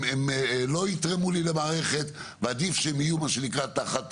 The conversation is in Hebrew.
הם לא יתרמו לי למערכת ועדיף שהם יהיו מה שנקרא תחת